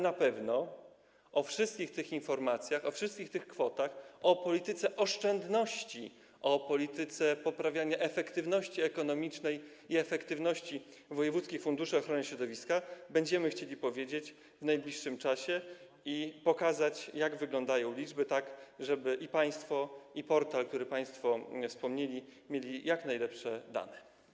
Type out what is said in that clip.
Na pewno o wszystkich tych informacjach, o wszystkich tych kwotach, o polityce oszczędności, o polityce poprawiania efektywności ekonomicznej i efektywności wojewódzkich funduszy ochrony środowiska będziemy chcieli powiedzieć w najbliższym czasie i będziemy chcieli pokazać, jak wyglądają liczby, żeby i państwo, i portal, który państwo wspomnieli, mieli jak najlepsze dane.